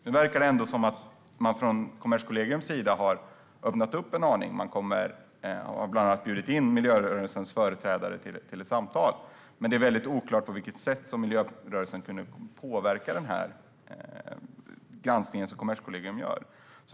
Nu verkar det ändå som att man från Kommerskollegiums sida har öppnat upp en aning. Man har bland annat bjudit in miljörörelsens företrädare till ett samtal. Men det är väldigt oklart på vilket sätt miljörörelsen kan påverka den granskning som Kommerskollegium gör.